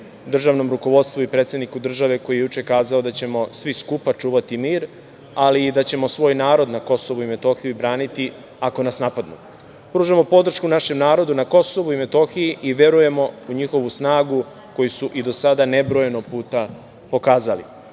državnom rukovodstvu i predsedniku države koji je juče kazao da ćemo svi skupa čuvati mir, ali i da ćemo svoj narod na KiM braniti ako nas napadnu. Pružamo podršku našem narodu na KiM i verujemo u njihovu snagu koju su i do sada nebrojeno puta pokazali.